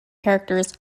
characters